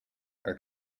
our